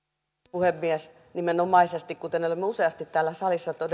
puhemies nimenomaisesti kuten olemme useasti täällä salissa